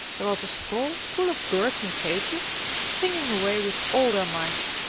there was a stall full of birds in cages, singing away with all their might.